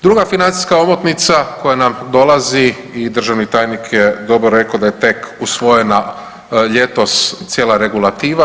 Druga financijska omotnica koja nam dolazi i državni tajnik je dobro rekao da je tek usvojena ljetos cijela regulativa.